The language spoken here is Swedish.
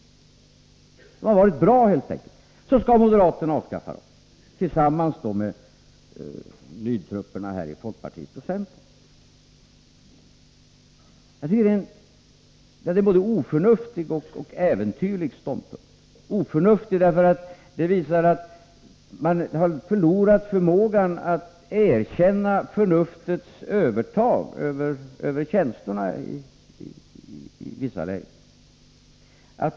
Även om de har varit bra helt enkelt, skall moderaterna tillsammans med lydtrupperna i folkpartiet och centern avskaffa dem. Det är en både oförnuftig och äventyrlig ståndpunkt. Den är oförnuftig, eftersom den visar att man har förlorat förmågan att erkänna förnuftets övertag över känslorna i vissa lägen.